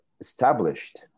established